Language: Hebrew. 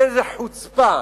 איזו חוצפה.